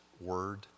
word